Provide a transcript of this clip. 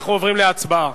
אנחנו עוברים להצבעה.